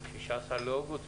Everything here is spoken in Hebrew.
16 באוגוסט,